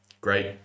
great